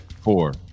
four